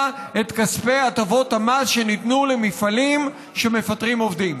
את כספי הטבות המס שניתנו למפעלים שמפטרים עובדים.